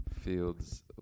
Fields